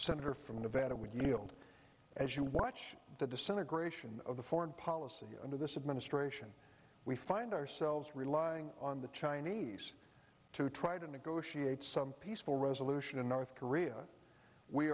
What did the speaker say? senator from nevada with as you watch the disintegration of the foreign policy under this administration we find ourselves relying on the chinese to try to negotiate some peaceful resolution in north korea we